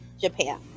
Japan